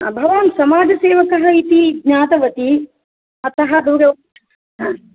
आ भवान् समाजसेवकः अस्ति इति ज्ञातवती अतः दूरवा हा